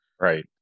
right